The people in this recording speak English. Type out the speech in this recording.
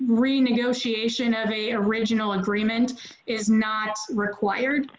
renegotiation of a original agreement is not required